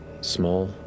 small